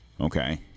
Okay